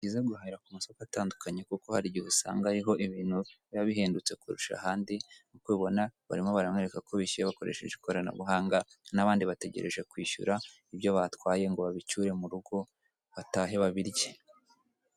Ni byiza gihahira ku masoko atandukanye kuko hari igihe usanga ari ho ibintu biba bihendutse kurusha ahandi, nkuko ubibona barimo baramwereka ko bishyuye bakoresheje ikoranabuhanga n'abandi bategereje kwishyura ibyo batwaye ngo babicyure mu rugo batahe babirye.